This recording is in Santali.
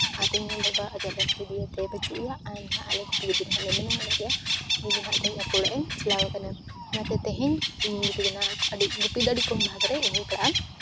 ᱟᱨ ᱛᱮᱦᱮᱧ ᱦᱚᱸ ᱵᱟᱵᱟ ᱟᱡᱟᱜ ᱞᱟᱹᱠᱛᱤ ᱫᱤᱭᱮᱛᱮ ᱵᱟᱹᱱᱩᱜᱼᱮᱭᱟ ᱟᱨ ᱟᱞᱮ ᱜᱩᱯᱤ ᱜᱤᱫᱽᱨᱟᱹ ᱱᱟᱦᱟᱸᱜ ᱢᱮᱱᱟᱜ ᱟᱠᱟᱫᱮᱭᱟ ᱩᱱᱤ ᱫᱚ ᱱᱟᱦᱟᱸᱜ ᱛᱮᱦᱮᱧ ᱟᱠᱚ ᱚᱲᱟᱜᱼᱮ ᱪᱟᱞᱟᱣ ᱟᱠᱟᱱᱟ ᱚᱱᱟᱛᱮ ᱛᱮᱦᱮᱧ ᱤᱧᱤᱧ ᱜᱩᱯᱤ ᱠᱟᱱᱟ ᱟᱹᱰᱤ ᱜᱩᱯᱤ ᱫᱚ ᱟᱹᱰᱤ ᱠᱚᱢ ᱵᱷᱟᱜᱽ ᱨᱮ ᱤᱧᱤᱧ ᱯᱟᱲᱟᱜᱼᱟ